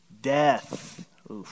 death